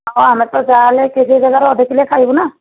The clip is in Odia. ହଁ ଆମେତ ଯାହାହେଲେ କେଜିଏ ଜାଗାରେ ଅଧକିଲେ ଖାଇବୁ ନା